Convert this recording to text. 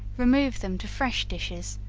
remove them to fresh dishes,